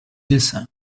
dessin